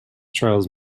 trials